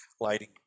lighting